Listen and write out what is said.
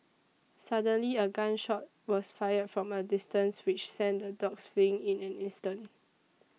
suddenly a gun shot was fired from a distance which sent the dogs fleeing in an instant